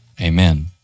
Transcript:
Amen